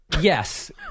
yes